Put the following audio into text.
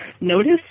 notice